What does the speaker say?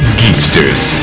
geeksters